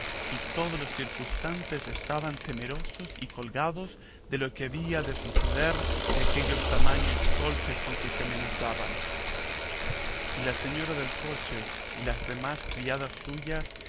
y todos los circunstantes estaban temerosos y colgados de lo que había de suceder de aquellos tamaños golpes con que se amenazaban y la señora del coche y las demás criadas suyas